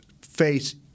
face